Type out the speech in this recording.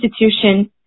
institution